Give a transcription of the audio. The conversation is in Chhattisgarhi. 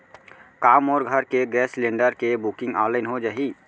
का मोर घर के गैस सिलेंडर के बुकिंग ऑनलाइन हो जाही?